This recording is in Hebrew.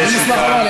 מה?